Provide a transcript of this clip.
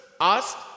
asked